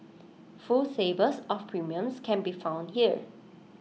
full tables of premiums can be found here